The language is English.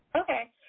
okay